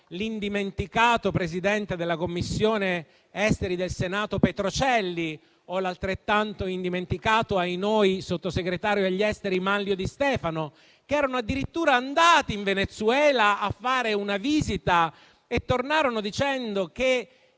l'indimenticato presidente della Commissione affari esteri del Senato Petrocelli o l'altrettanto indimenticato - ahinoi - sottosegretario per gli affari esteri Manlio Di Stefano, che erano addirittura andati in Venezuela a fare una visita e che tornarono dicendo che